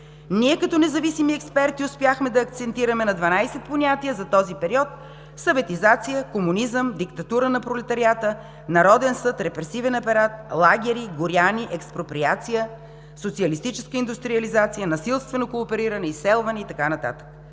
Ние като независими експерти успяхме да акцентираме на 12 понятия за този период – съветизация, комунизъм, диктатура на пролетариата, народен съд, репресивен апарат, лагери, горяни, експроприация, социалистическа индустриализация, насилствено коопериране, изселване и така